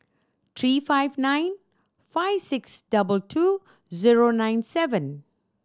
three five nine five six double two zero nine seven